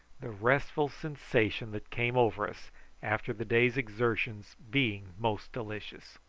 the restful sensation that came over us after the day's exertion being most delicious.